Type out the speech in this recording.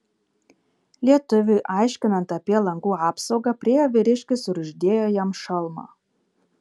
lietuviui aiškinant apie langų apsaugą priėjo vyriškis ir uždėjo jam šalmą